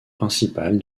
principal